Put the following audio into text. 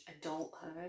adulthood